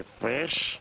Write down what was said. fish